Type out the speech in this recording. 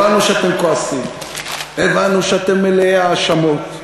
הבנו שאתם כועסים, הבנו שאתם מלאי האשמות,